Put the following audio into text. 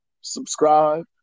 subscribe